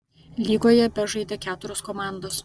lygoje bežaidė keturios komandos